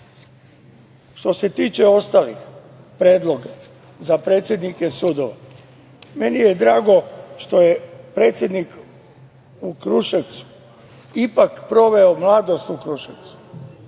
se tiče ostalih predloga za predsednike sudova, meni je drago što je predsednik u Kruševcu ipak proveo mladost u Kruševcu.